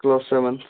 class seventh